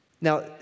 Now